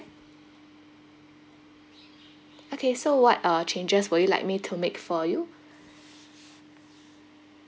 okay so what uh changes will you like me to make for you